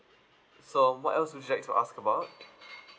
so what else would you like to ask about